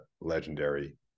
legendary